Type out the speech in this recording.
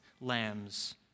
Lambs